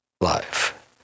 life